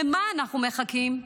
למה אנחנו מחכים?